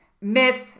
myth